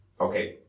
Okay